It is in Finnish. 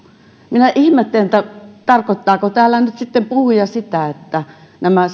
minä ihmettelen tarkoittaako täällä nyt sitten puhuja sitä että nämä